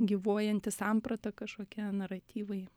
gyvuojanti samprata kažkokie naratyvai